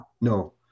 no